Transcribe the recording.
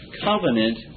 covenant